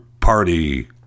party